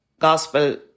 Gospel